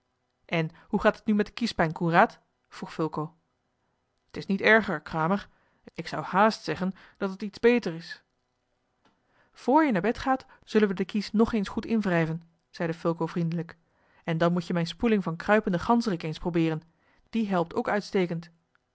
en hoe gaat het nu met de kiespijn coenraad vroeg fulco t is niet erger kramer ik zou haast zeggen dat het iets beter is vr je naar bed gaat zullen we de kies nog eens goed inwrijven zeide fulco vriendelijk en dan moet je mijne spoeling van kruipenden ganzerik eens probeeren die helpt ook uitstekend